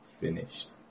finished